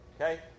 Okay